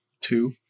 two